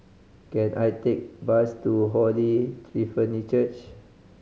can I take bus to Holy Trinity Church